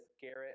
Garrett